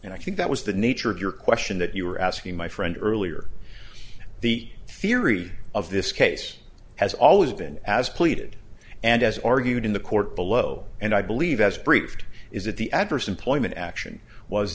and i think that was the nature of your question that you were asking my friend earlier the theory of this case has always been as pleaded and as argued in the court below and i believe as briefed is that the adverse employment action was